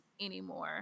anymore